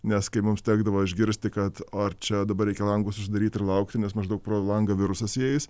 nes kai mums tekdavo išgirsti kad o ar čia dabar reikia langus uždaryti ir laukti nes maždaug pro langą virusas įeis